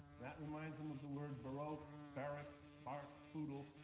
that reminds him of the word baroque, barrack, bark, poodle,